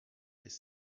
des